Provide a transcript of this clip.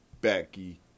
Becky